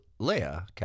Leia